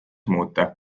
muuta